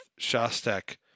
Shostak